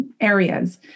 areas